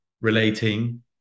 relating